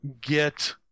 get